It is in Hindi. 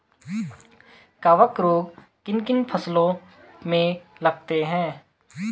कवक रोग किन किन फसलों में लगते हैं?